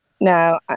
No